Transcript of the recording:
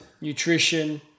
nutrition